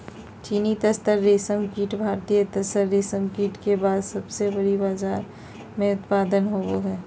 चीनी तसर रेशमकीट भारतीय तसर रेशमकीट के बाद सबसे बड़ी मात्रा मे उत्पादन होबो हइ